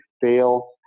fail